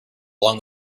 along